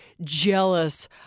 jealous